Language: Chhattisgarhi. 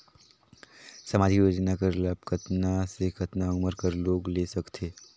समाजिक योजना कर लाभ कतना से कतना उमर कर लोग ले सकथे?